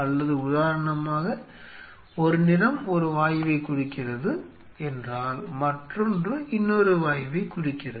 அல்லது உதாரணமாக ஒரு நிறம் ஒரு வாயுவைக் குறிக்கிறது என்றால் மற்றொன்று இன்னொரு வாயுவைக் குறிக்கிறது